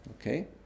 okay